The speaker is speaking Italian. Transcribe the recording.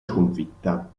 sconfitta